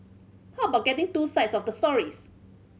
how about getting two sides of the story